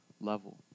level